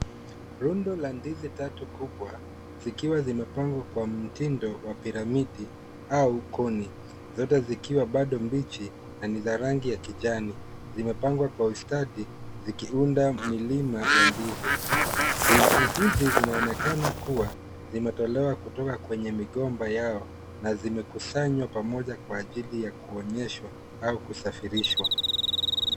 Rundo la ndizi tatu kubwa, zikiwa zimepangwa kwa mtindo wa piramidi au koni. Zote zikiwa bado mbichi na ni za rangi ya kijani zimepangwa kwa ustadi zikiunda milima ya ndizi. Ndizi hizi zinaonekana kuwa zimetolewa kutoka kwenye migomba yao na zimekusanywa pamoja kwa ajili ya kuonyeshwa au kusafirishwa.